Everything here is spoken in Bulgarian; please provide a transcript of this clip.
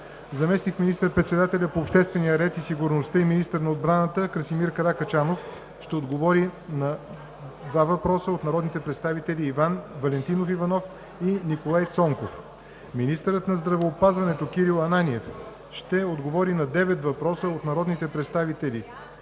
Заместник министър-председателят по обществения ред и сигурността и министър на отбраната Красимир Каракачанов ще отговори на два въпроса от народните представители Иван Валентинов Иванов; и Николай Цонков. 3. Министърът на здравеопазването Кирил Ананиев ще отговори на девет въпроса от народните представители